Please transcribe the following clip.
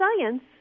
science